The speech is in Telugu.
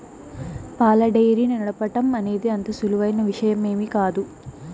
పాల డెయిరీ నడపటం అనేది అంత సులువైన విషయమేమీ కాదు